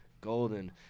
golden